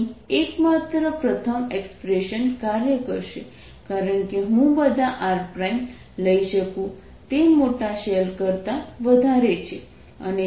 અહીં એકમાત્ર પ્રથમ એક્સપ્રેશન કાર્ય કરશે કારણ કે હું બધા r લઈ શકું તે મોટા શેલ કરતા વધારે છે